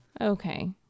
Okay